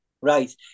Right